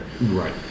right